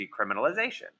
decriminalization